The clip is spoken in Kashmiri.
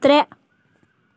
ترٛےٚ